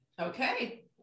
okay